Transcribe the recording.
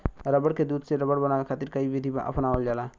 रबड़ के दूध से रबड़ बनावे खातिर कई विधि अपनावल जाला